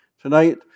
tonight